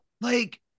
Like-